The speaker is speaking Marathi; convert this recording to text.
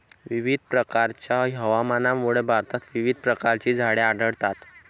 विविध प्रकारच्या हवामानामुळे भारतात विविध प्रकारची झाडे आढळतात